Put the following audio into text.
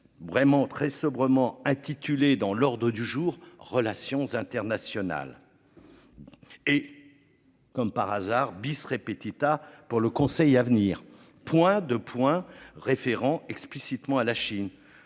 vraiment très sobrement intitulé dans l'ordre du jour, relations internationales. Et. Comme par hasard. Bis répétita pour le Conseil à venir point 2. Référant explicitement à la Chine.